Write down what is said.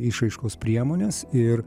išraiškos priemonės ir